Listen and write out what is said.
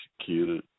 executed